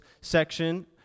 section